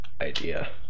idea